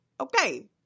Okay